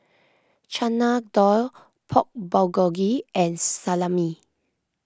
Chana Dal Pork Bulgogi and Salami